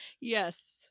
Yes